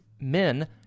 men